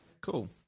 cool